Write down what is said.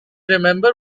remember